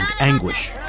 anguish